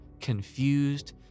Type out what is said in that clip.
confused